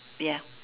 ya